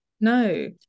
No